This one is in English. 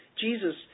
Jesus